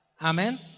Amen